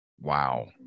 Wow